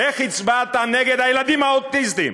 איך הצבעת על הילדים האוטיסטים?